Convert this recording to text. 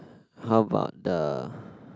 how about the